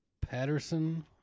Patterson